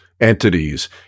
entities